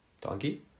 Donkey